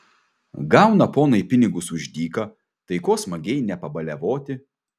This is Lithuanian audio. gauna ponai pinigus už dyką tai ko smagiai nepabaliavoti